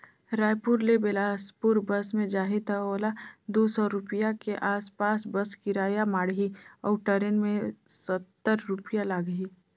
रायपुर ले बेलासपुर बस मे जाही त ओला दू सौ रूपिया के आस पास बस किराया माढ़ही अऊ टरेन मे सत्तर रूपिया लागही